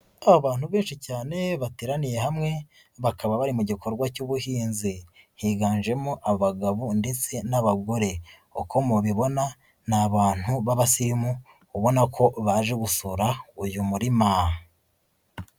Aba bantu benshi cyane bateraniye hamwe bakaba bari mu gikorwa cy'ubuhinzi, higanjemo abagabo ndetse n'abagore, uko mubibona ni abantu b'abasimu, ubona ko baje gusura uyu murima.